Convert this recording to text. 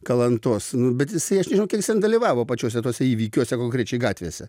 kalantos nu bet jisai aš nežinau kiek jis ten dalyvavo pačiuose tuose įvykiuose konkrečiai gatvėse